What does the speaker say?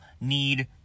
need